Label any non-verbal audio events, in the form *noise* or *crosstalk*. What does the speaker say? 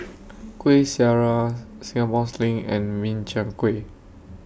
*noise* Kuih Syara Singapore Sling and Min Chiang Kueh